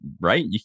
right